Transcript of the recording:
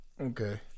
okay